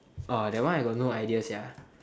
that one I got no idea sia